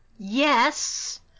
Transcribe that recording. Yes